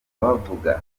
bavuga